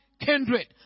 kindred